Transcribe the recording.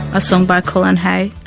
a song by colin hay,